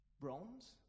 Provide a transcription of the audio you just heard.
bronze